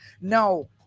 No